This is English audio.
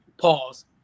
pause